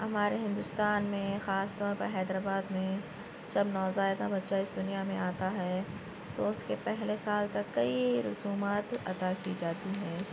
ہمارے ہندوستان میں خاص طور پر حیدرآباد میں جب نوزائیدہ بچہ اِس دنیا میں آتا ہے تو اُس کے پہلے سال تک کئی رسومات ادا کی جاتی ہیں